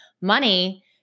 money